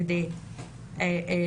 כשאנחנו